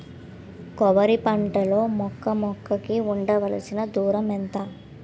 కొబ్బరి పంట లో మొక్క మొక్క కి ఉండవలసిన దూరం ఎంత